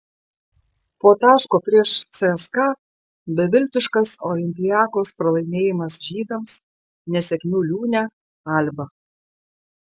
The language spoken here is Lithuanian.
po taško prieš cska beviltiškas olympiakos pralaimėjimas žydams nesėkmių liūne alba